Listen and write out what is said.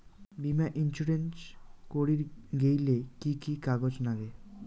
বীমা ইন্সুরেন্স করির গেইলে কি কি কাগজ নাগে?